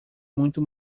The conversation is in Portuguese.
muito